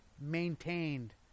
maintained